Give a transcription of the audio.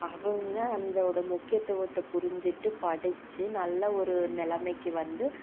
அவுங்க அதோட முக்கியத்துவத்தை புரிஞ்சுட்டு படித்து நல்ல ஒரு நிலைமைக்கு வந்து